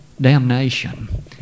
Damnation